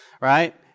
right